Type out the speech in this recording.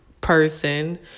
person